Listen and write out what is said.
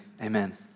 amen